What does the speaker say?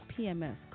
PMS